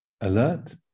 Alert